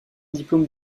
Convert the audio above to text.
diplôme